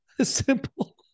Simple